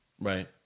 Right